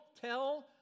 tell